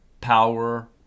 Power